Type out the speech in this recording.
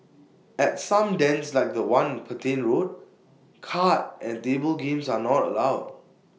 at some dens like The One in Petain road card and table games are not allowed